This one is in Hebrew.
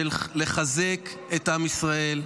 לחזק את עם ישראל,